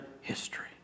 history